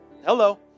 hello